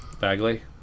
Bagley